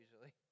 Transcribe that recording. usually